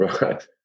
Right